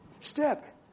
step